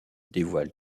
dévoile